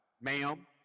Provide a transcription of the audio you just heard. Ma'am